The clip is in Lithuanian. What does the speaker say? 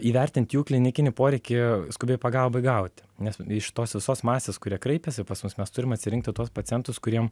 įvertint jų klinikinį poreikį skubiai pagalbai gauti nes iš tos visos masės kurie kreipiasi pas mus mes turim atsirinkti tuos pacientus kuriem